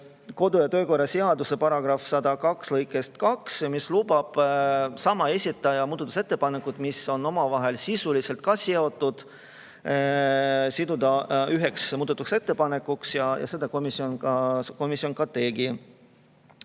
kodu- ja töökorra seaduse § 102 lõikest 2, mis lubab sama esitaja muudatusettepanekud, mis on omavahel sisuliselt seotud, siduda üheks muudatusettepanekuks. Ja seda komisjon ka tegi.